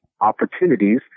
opportunities